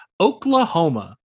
Oklahoma